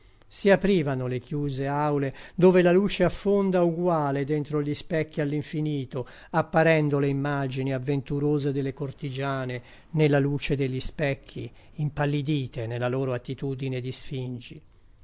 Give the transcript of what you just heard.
si aprivano le chiuse aule dove la luce affonda uguale dentro gli specchi all'infinito apparendo le immagini avventurose delle cortigiane nella luce degli specchi impallidite nella loro attitudine di sfingi